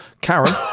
Karen